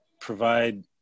provide